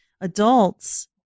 adults